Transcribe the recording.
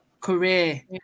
career